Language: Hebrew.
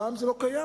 הפעם זה לא קיים.